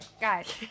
guys